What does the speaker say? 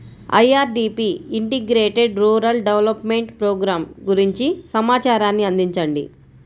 IRDP integrated rural development programme గురించి సమాచారాన్ని అందించండి?